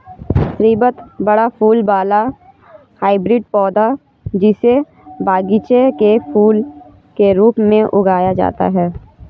स्रीवत बड़ा फूल वाला हाइब्रिड पौधा, जिसे बगीचे के फूल के रूप में उगाया जाता है